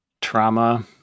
trauma